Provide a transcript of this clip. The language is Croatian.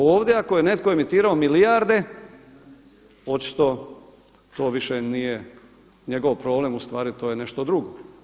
Ovdje ako je netko emitirao milijarde, očito to više nije njegov problem ustvari to je nešto drugo.